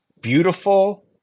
Beautiful